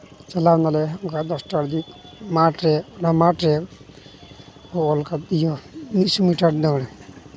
ᱪᱟᱞᱟᱣᱱᱟᱞᱮ ᱫᱚᱥᱴᱟ ᱨᱮᱜᱮ ᱢᱟᱴᱷᱨᱮ ᱵᱟ ᱢᱟᱴᱷᱨᱮ ᱚᱞᱠᱟᱫ ᱢᱤᱫᱥᱚ ᱢᱤᱴᱟᱨ ᱫᱟᱹᱲ